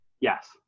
yes